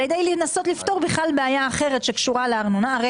על ידי ניסיון לפתור בעיה אחרת שקשורה לארנונה.